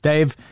Dave